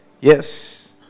Yes